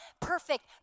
perfect